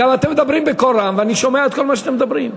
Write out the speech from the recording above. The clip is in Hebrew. גם אתם מדברים בקול רם ואני שומע את כל מה שאתם מדברים.